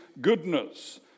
goodness